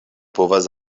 povas